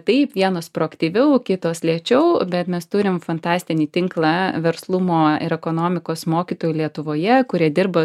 taip vienos proaktyviau kitos lėčiau bet mes turim fantastinį tinklą verslumo ir ekonomikos mokytojų lietuvoje kurie dirba